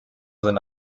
seine